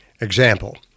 Example